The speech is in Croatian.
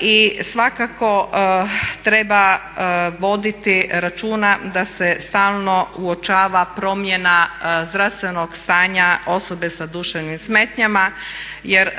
I svakako treba voditi računa da se stalno uočava promjena zdravstvenog stanja osobe sa duševnim smetnjama jer